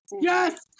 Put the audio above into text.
Yes